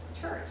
church